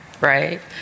right